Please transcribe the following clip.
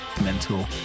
mental